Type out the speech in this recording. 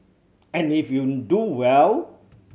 and if you do well